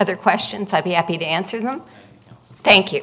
other questions i'd be happy to answer them thank you